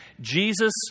Jesus